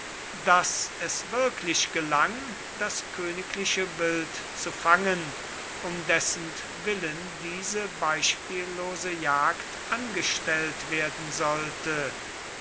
daß es wirklich gelang das königliche wild zu fangen um dessentwillen diese beispiellose jagd angestellt werden sollte